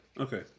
Okay